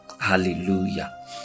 Hallelujah